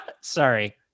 sorry